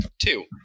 Two